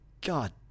God